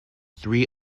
three